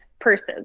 purses